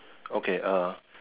okay uh